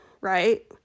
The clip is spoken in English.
Right